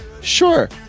sure